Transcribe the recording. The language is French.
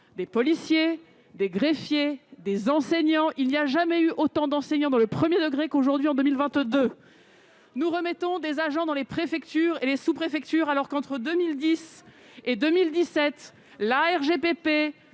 des policiers, des greffiers ou des enseignants. Il n'y a jamais eu autant d'enseignants dans le premier degré qu'en 2022 ! Nous rouvrons des postes d'agents dans les préfectures et les sous-préfectures, alors qu'entre 2010 et 2017, sous